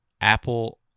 apple